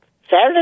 Saturday